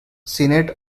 senate